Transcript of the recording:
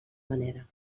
manera